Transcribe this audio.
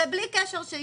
ובלי קשר,